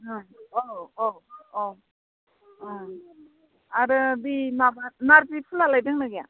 ओं औ औ औ ओं आरो बै माबा नारजि फुलालाय दोंना गैया